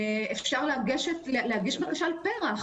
אפשר להגיש בקשה להתנדבות בפר"ח,